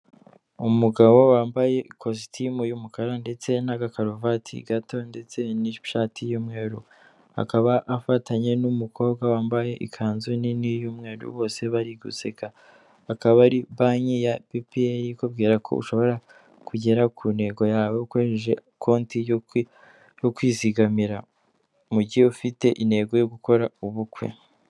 Umugabo wambaye ikositimu y'umukara ndetse n'agakaruvati gato ndetse n'ishati y'umweru, akaba afatanye n'umukobwa wambaye ikanzu nini y'umweru bose bari guseka, akaba ari banki ya bipiyara ikubwira ko ushobora kugera ku ntego yawe ukoresheje konti kwizigamira, mugihe ufite intego yo gukora ubukwe.